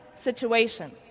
situation